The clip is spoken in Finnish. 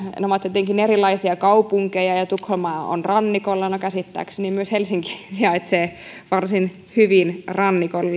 ne ovat jotenkin erilaisia kaupunkeja ja tukholma on rannikolla no käsittääkseni myös helsinki sijaitsee varsin hyvin rannikolla